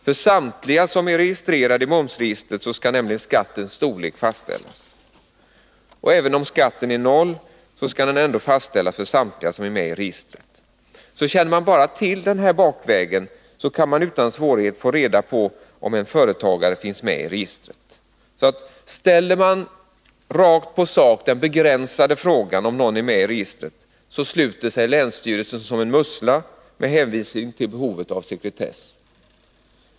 För samtliga som är registrerade i momsregistret skall nämligen skattens storlek fastställas. Även om skatten är noll skall den ändå fastställas för samtliga som är med i registret. Känner man bara till denna bakväg kan man utan svårighet få reda på om en företagare finns med i registret. Ställer man rakt på sak den begränsade frågan, om någon är med i registret, så sluter sig länsstyrelsen som en mussla — med hänvisning till behovet av sekretess.